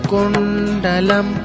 Kundalam